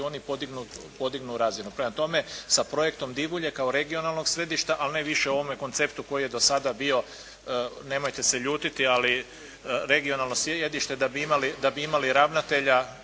oni podignu razinu. Prema tome sa projektom Divulje kao regionalnog središta, ali ne više u ovome konceptu koji je do sada bio nemojte se ljutiti ali regionalno sjedište da bi imali ravnatelja